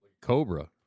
Cobra